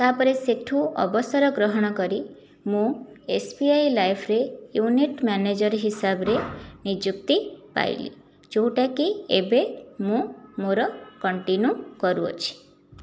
ତା' ପରେ ସେଠୁ ଅବସର ଗ୍ରହଣ କରି ମୁଁ ଏସ୍ବିଆଇ ଲାଇଫ୍ରେ ୟୁନିଟ୍ ମ୍ୟାନେଜର ହିସାବରେ ନିଯୁକ୍ତି ପାଇଲି ଯେଉଁଟାକି ଏବେ ମୁଁ ମୋର କଣ୍ଟିନ୍ୟୁ କରୁଅଛି